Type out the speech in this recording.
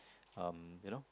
um you know